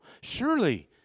Surely